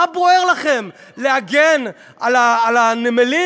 מה בוער לכם להגן על הנמלים?